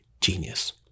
genius